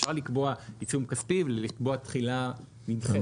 אפשר לקבוע עיצום כספי ולקבוע תחילה נדחית.